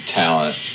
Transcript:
talent